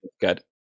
good